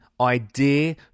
idea